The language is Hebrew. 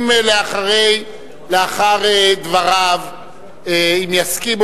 אם לאחר דבריו יסכים,